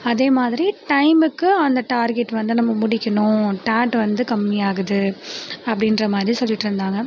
அதே மாதிரி டைமுக்கு அந்த டார்கெட் வந்து நம்ம முடிக்கணும் டாட் வந்து கம்மியாகுது அப்படின்ற மாதிரி சொல்லிகிட்ருந்தாங்க